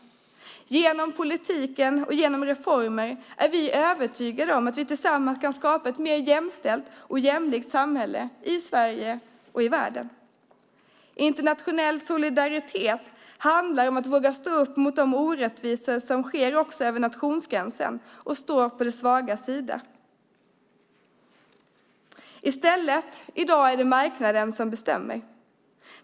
Genom politiken och genom reformer är vi övertygade om att vi tillsammans kan skapa ett mer jämställt och jämlikt samhälle i Sverige och i världen. Internationell solidaritet handlar om att våga stå upp mot de orättvisor som sker också över nationsgränser och att stå på de svagas sida. I stället är det i dag marknaden som bestämmer.